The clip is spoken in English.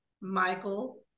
Michael